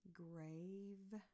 grave